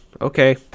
okay